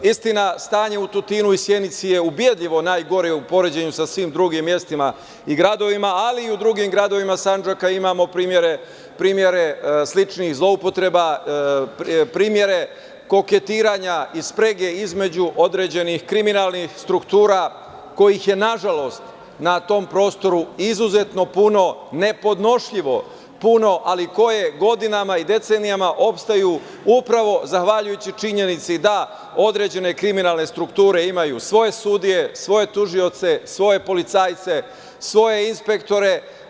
Istina, stanje u Tutinu i Sjenici je ubedljivo najgore u poređenju sa svim drugim mestima i gradovima, ali i u drugim gradovima Sandžaka imamo primere sličnih zloupotreba, koketiranja i sprege između određenih kriminalnih struktura kojih je nažalost na tom prostoru izuzetno puno, nepodnošljivo puno, ali koje godinama i decenijama opstaju upravo zahvaljujući činjenici da određene kriminalne strukture imaju svoje sudije, svoje tužioce, svoje policajce, svoje inspektore.